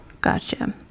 Gotcha